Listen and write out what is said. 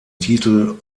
titel